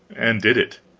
and did it.